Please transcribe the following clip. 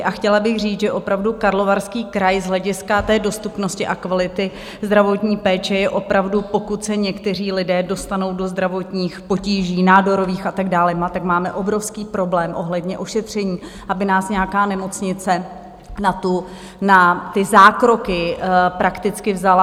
A chtěla bych říct, že opravdu Karlovarský kraj z hlediska dostupnosti a kvality zdravotní péče je opravdu pokud se někteří lidé dostanou do zdravotních potíží, nádorových a tak dále, máme obrovský problém ohledně ošetření, aby nás nějaká nemocnice na ty zákroky prakticky vzala.